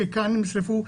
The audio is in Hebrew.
כי כאן הם נשרפו,